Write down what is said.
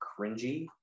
cringy